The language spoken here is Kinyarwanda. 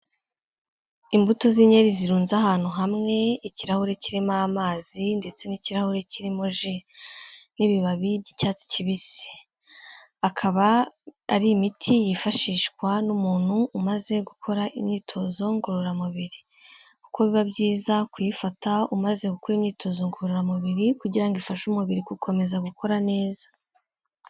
Imbuto z'inyeri zirunze ahantu hamwe, ikirahure kirimo amazi, ndetse n'ikirahure kirimo ji n'ibibabi by'icyatsi kibisi. Akaba ari imiti yifashishwa n'umuntu umaze gukora imyitozo ngororamubiri, kuko biba byiza kuyifata umaze gukora imyitozo ngororamubiri kugira ngo ifashe umubiri gukomeza gukora neza.